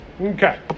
Okay